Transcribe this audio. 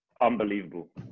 unbelievable